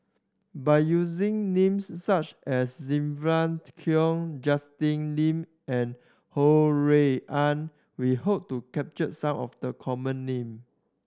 by using names such as Sylvia Kho Justin Lean and Ho Rui An we hope to capture some of the common name